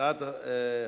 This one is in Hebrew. הצעה מס'